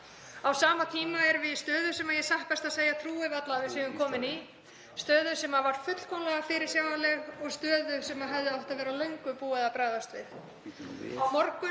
Á sama tíma erum við í stöðu sem ég satt best að segja trúi varla að við séum komin í, stöðu sem var fullkomlega fyrirsjáanleg og stöðu sem hefði átt að vera löngu búið að bregðast við.